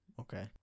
okay